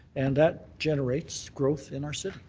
and that generates growth in our city.